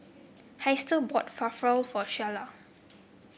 Hester bought Falafel for Shiela